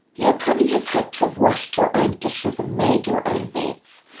you would probably have had to have washed your own dishes and made your own beds.